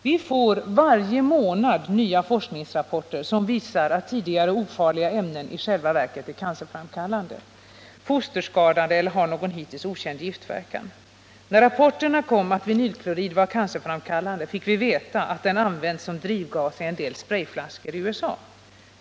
Vi får varje månad nya forskningsrapporter som visar att tidigare ”ofarliga” ämnen i själva verket är cancerframkallande eller fosterskadande eller har någon hittills okänd giftverkan. När rapporterna kom att vinylklorid är cancerframkallande fick vi veta att den används som drivgas i en del sprejflaskor i USA.